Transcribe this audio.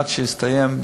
עד שיסתיים,